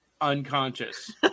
unconscious